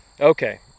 Okay